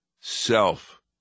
self